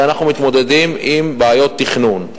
ואנחנו מתמודדים עם בעיות תכנון.